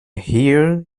here